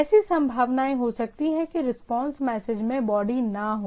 ऐसी संभावनाएं हो सकती हैं कि रिस्पांस मैसेज में बॉडी ना हो